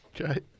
Okay